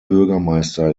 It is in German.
bürgermeister